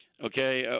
Okay